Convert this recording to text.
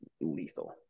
lethal